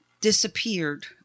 disappeared